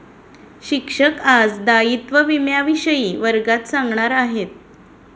शिक्षक आज दायित्व विम्याविषयी वर्गात सांगणार आहेत